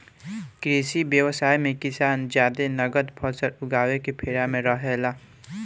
कृषि व्यवसाय मे किसान जादे नगद फसल उगावे के फेरा में रहेला